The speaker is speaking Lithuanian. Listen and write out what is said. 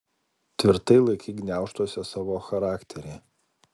tvirtai laikyk gniaužtuose savo charakterį